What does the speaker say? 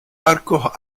arcos